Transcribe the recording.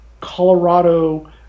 Colorado